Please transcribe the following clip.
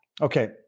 Okay